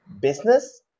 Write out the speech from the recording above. business